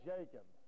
Jacob